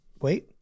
wait